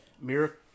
Miracle